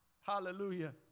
Hallelujah